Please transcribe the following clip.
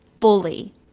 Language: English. fully